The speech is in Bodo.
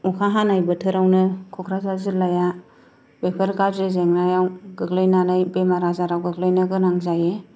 अखा हानाय बोथोरावनो क'क्राझार जिल्लाया बेफोर गाज्रि जेंनायाव गोग्लैनानै बेमार आजाराव गोग्लैनो गोनां जायो